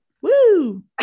Woo